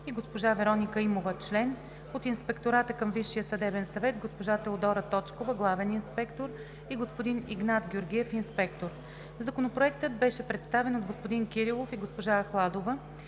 и Вероника Имова – член; от Инспектората към Висшия съдебен съвет: Теодора Точкова – главен инспектор, и Игнат Георгиев – инспектор. Законопроектът беше представен от господин Кирилов и госпожа Ахладова.